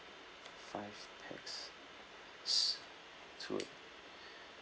five pax s~ sure